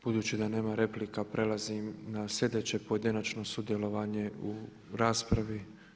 Budući da nema replika prelazim na sljedeće pojedinačno sudjelovanje u raspravi.